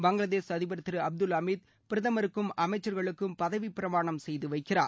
பங்களாதேஷ் அதிபர் திரு அப்துல் அமீத் பிரதமருக்கும் அமைச்சர்களுக்கும் பதவி பிரமானம் செய்து வைக்கிறார்